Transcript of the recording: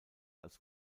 als